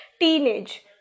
teenage